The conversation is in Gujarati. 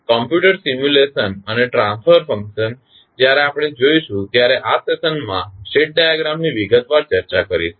કમ્પ્યુટર સિમ્યુલેશન અને ટ્રાન્સફર ફંક્શન જ્યારે આપણે જોઈશું ત્યારે આ સેશન માં સ્ટેટ ડાયાગ્રામની વિગતવાર ચર્ચા કરીશુ